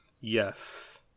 Yes